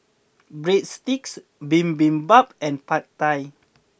Breadsticks Bibimbap and Pad Thai